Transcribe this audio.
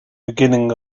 beginning